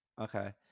okay